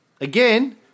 Again